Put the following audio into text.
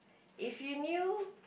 if you knew